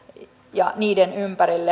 ja on niiden ympärillä